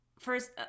First